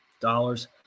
dollars